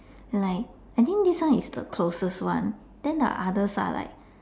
like I think this one is the closest one then the others are like